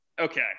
okay